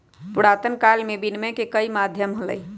पुरातन काल में विनियम के कई माध्यम हलय